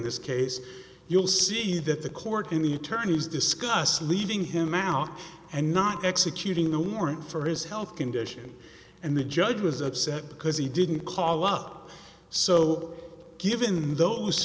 this case you'll see that the court in the attorney's discussed leaving him out and not executing the warrant for his health condition and the judge was upset because he didn't call up so given those